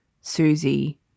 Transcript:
Susie